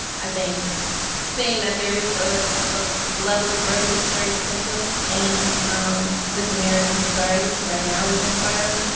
i think seeing that there is a ah level of revolutionary potential in this american society. right now. is inspiring.